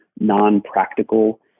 non-practical